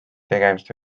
tegemist